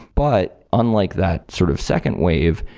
but unlike that sort of second wave,